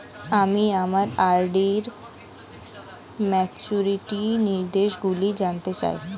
আমি আমার আর.ডি র ম্যাচুরিটি নির্দেশগুলি জানতে চাই